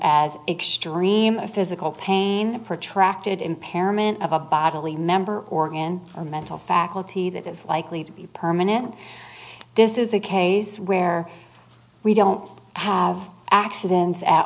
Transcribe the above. as extreme a physical pain a protracted impairment of a bodily member organ or mental faculty that is likely to be permanent this is a case where we don't have accidents at